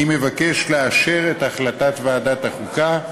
אני מבקש לאשר את החלטת ועדת החוקה.